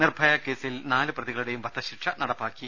നിർഭയ കേസിൽ നാലു പ്രതികളുടേയും വധശിക്ഷ നടപ്പാക്കി